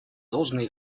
должное